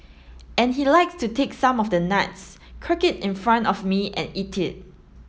and he likes to take some of the nuts crack it in front of me and eat it